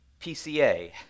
PCA